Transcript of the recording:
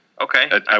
Okay